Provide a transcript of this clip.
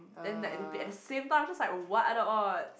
then like they play at the same time I'm just like what are the odds